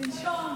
לנשום.